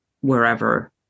wherever